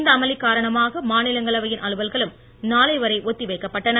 இந்த அமளி காரணமாக மா நிலங்களவையின் அலுவல்களும் நாளை வரை ஒத்தி வைக்கப்பட்டன